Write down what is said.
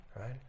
right